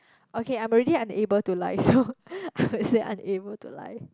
okay I'm already unable to lie so I would say unable to lie